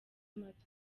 amatwi